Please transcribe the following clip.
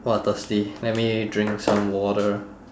!wah! thirsty let me drink some water